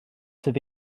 sydd